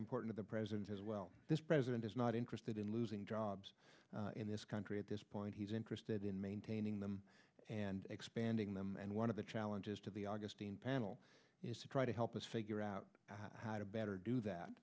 important the president as well this president is not interested in losing jobs in this country at this point he's interested in maintaining them and expanding them and one of the challenges to the augustine panel is to try to help us figure out how to better do that